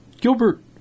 Gilbert